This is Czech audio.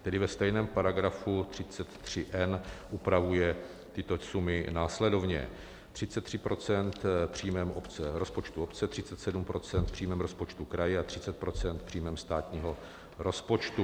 který ve stejném § 33n upravuje tyto sumy následovně: 33 % příjmem rozpočtu obce, 37 % příjmem rozpočtu kraje a 30 % příjmem státního rozpočtu.